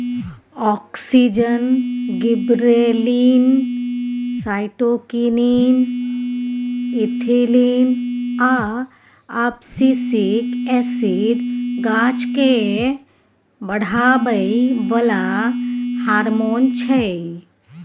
auxin, gibberellin, cytokinin, ethylene आ abscisic acid गाछकेँ बढ़ाबै बला हारमोन छै